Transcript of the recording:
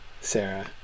Sarah